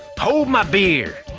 hold my beer.